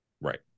Right